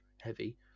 heavy